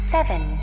Seven